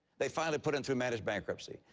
they finally put them through managed bankruptcy.